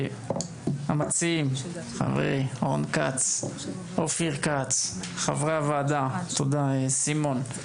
המציעים, רון כץ, אופיר כץ, חברי הוועדה, סימון.